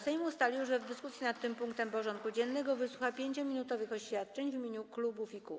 Sejm ustalił, że w dyskusji nad tym punktem porządku dziennego wysłucha 5-minutowych oświadczeń w imieniu klubów i kół.